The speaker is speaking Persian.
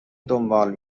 دنبال